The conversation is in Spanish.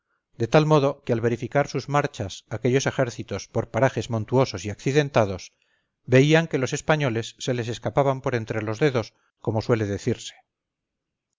de tal modo que al verificar sus marchas aquellos ejércitos por parajes montuosos y accidentados veían que los españoles se les escapaban por entre los dedos como suele decirse